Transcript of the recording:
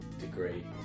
degree